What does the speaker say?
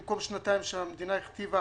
במקום שנתיים שהמדינה הכתיבה